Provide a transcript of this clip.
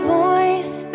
voice